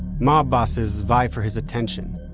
mob bosses vie for his attention.